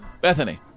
Bethany